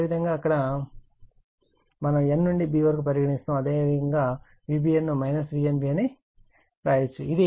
అదేవిధంగా ఇక్కడ మనం n నుండి b కు అని పరిగణిస్తాము అదేవిధంగా Vbn ను Vnb అని రాయవచ్చు ఇది Vbn Vnb అంటే Vab Van Vnb అవుతుంది